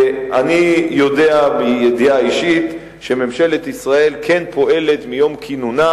אני יודע מידיעה אישית שממשלת ישראל כן פועלת מיום כינונה,